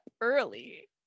early